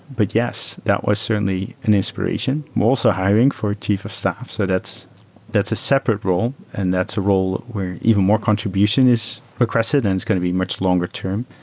but, yes, that was certainly an inspiration. also so hiring for a chief of staff. so that's that's a separate role and that's a role where even more contribution is requested and it's going to be much longer-term.